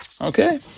Okay